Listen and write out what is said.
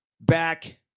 back